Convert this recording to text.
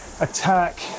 attack